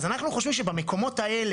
אז אנחנו חושבים שבמקומות האלה,